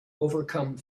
overcome